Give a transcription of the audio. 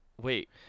Wait